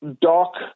Doc